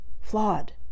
flawed